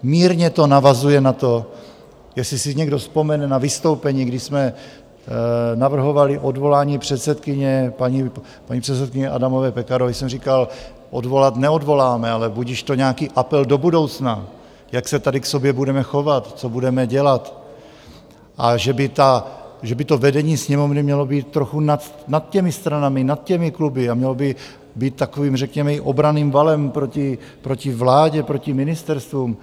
Mírně to navazuje na to, jestli si někdo vzpomene na vystoupení, kdy jsme navrhovali odvolání předsedkyně, paní předsedkyně Adamové Pekarová, když jsem říkal, odvolat, neodvoláme, ale budiž to nějaký apel do budoucna, jak se tady k sobě budeme chovat, co budeme dělat a že by to vedení Sněmovny mělo být trochu nad těmi stranami, nad těmi kluby a mělo by být takovým řekněme i obranným valem proti vládě, proti ministerstvům.